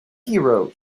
hero